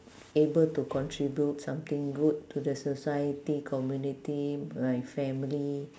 able to contribute something good to the society community my family